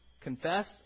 Confess